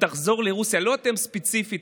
"תחזור לרוסיה" לא אתם ספציפית,